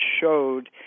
showed